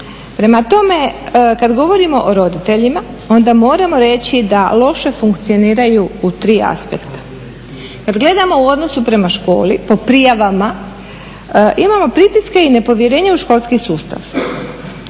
Prema tome, kad govorimo o roditeljima onda moramo reći da loše funkcioniraju u tri aspekta. Kad gledamo u odnosu prema školi, prema prijavama, imamo pritiske i nepovjerenje u školski sustav.